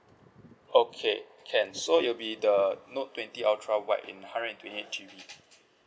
okay can so it'll be the note twenty ultra white in hundred and twenty eight G_B